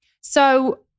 So-